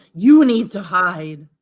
you need to hide.